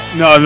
no